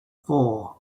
four